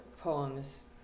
poems